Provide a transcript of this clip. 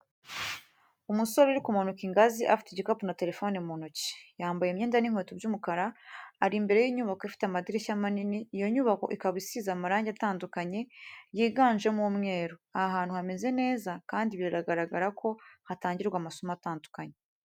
Umusore uri kumanuka ingazi afite igikapu na telefoni mu ntoki. Yambaye imyenda n'inkweto by’umukara, ari imbere y’inyubako ifite amadirishya manini, iyo nyubako ikaba isize amarangi atandukanye yiganjemo umweru. Aha hantu hameze neza kandi biragaragara ko hatangirwa amasomo atandukanye.